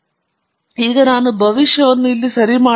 ಮತ್ತು ಈಗ ನಾನು ಭವಿಷ್ಯವನ್ನು ಇಲ್ಲಿ ಸರಿ ಮಾಡಬಹುದು